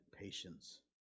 patience